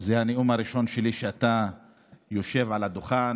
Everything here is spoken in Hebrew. זה הנאום הראשון שלי כשאתה יושב על הדוכן.